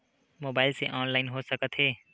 Mobile से online हो सकत हे?